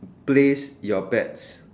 place your bets